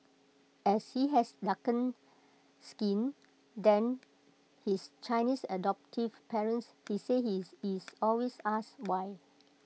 as he has darker skin than his Chinese adoptive parents he said he is is always asked why